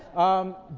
um,